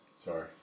Sorry